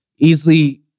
Easily